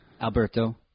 Alberto